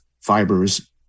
fibers